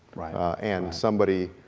and somebody